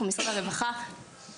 משרד הבריאות ומשרד הרווחה.